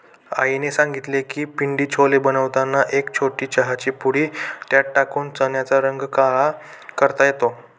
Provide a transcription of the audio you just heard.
आईने सांगितले की पिंडी छोले बनवताना एक छोटी चहाची पुडी त्यात टाकून चण्याचा रंग काळा करता येतो